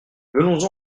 venons